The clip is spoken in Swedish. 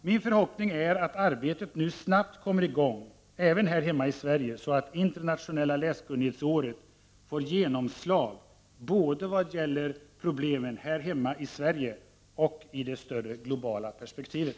Min förhoppning är att arbetet nu snabbt kommer i gång även här hemma i Sverige, så att internationella läskunnighetsåret får genomslag både vad gäller problemen här hemma i Sverige och i det större globala perspektivet.